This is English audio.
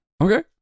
Okay